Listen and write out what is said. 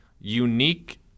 unique